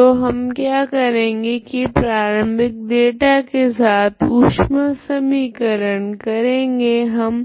तो हम क्या करेगे की प्रारम्भिक डेटा के साथ ऊष्मा समीकरण करेगे हम